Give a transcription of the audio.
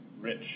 rich